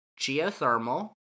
geothermal